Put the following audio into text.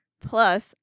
Plus